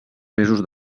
mesos